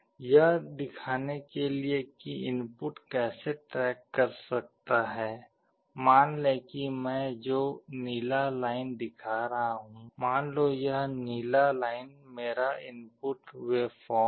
यह दिखाने के लिए कि इनपुट कैसे ट्रैक कर सकता है मान लें कि मैं जो नीला लाइन दिखा रहा हूं मान लो यह नीला लाइन मेरा इनपुट वेवफॉर्म है